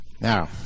Now